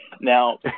Now